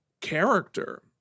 character